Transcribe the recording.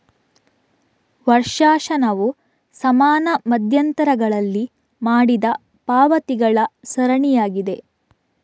ವರ್ಷಾಶನವು ಸಮಾನ ಮಧ್ಯಂತರಗಳಲ್ಲಿ ಮಾಡಿದ ಪಾವತಿಗಳ ಸರಣಿಯಾಗಿದೆ